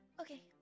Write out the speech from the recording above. Okay